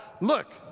Look